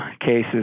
cases